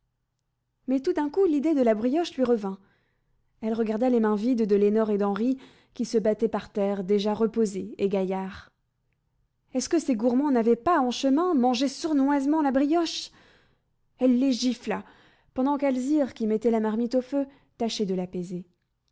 mais tout d'un coup l'idée de la brioche lui revint elle regarda les mains vides de lénore et d'henri qui se battaient par terre déjà reposés et gaillards est-ce que ces gourmands n'avaient pas en chemin mangé sournoisement la brioche elle les gifla pendant qu'alzire qui mettait la marmite au feu tâchait de l'apaiser